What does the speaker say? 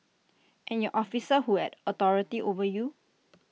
and your officer who had authority over you